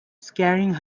scaring